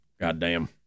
Goddamn